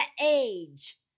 age